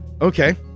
Okay